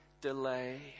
delay